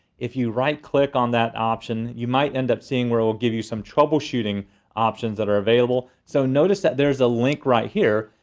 if you right-click on that option you might end up seeing where it'll give you some troubleshooting options that are available. so notice that there's a link right here.